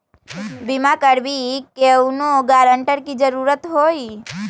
बिमा करबी कैउनो गारंटर की जरूरत होई?